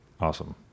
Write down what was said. Awesome